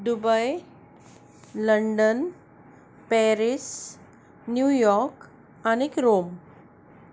Mumbai London Paris New York आनीक Rome